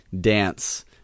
dance